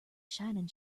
shining